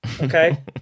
Okay